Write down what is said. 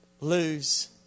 Lose